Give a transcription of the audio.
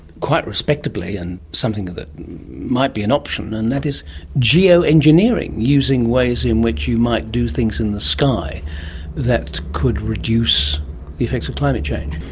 quite respectably, and something that might be an option, and that is geo-engineering, using ways in which you might do things in the sky that could reduce the effects of climate change.